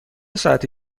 ساعتی